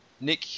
Nick